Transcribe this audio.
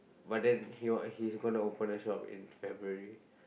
but then he will he's gonna open the shop in February